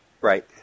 Right